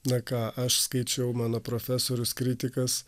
na ką aš skaičiau mano profesorius kritikas